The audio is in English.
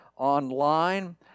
Online